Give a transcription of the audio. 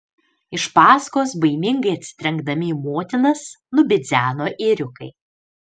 iš paskos baimingai atsitrenkdami į motinas nubidzeno ėriukai